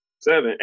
seven